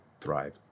thrive